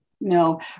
no